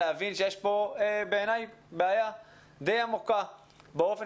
להבין שיש פה בעיני בעיה די עמוקה באופן